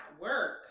work